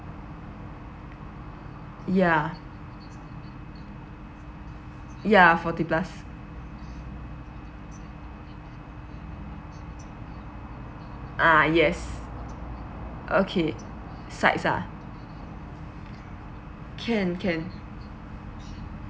ya ya forty plus uh yes okay sides ah can can